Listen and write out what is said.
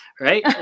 Right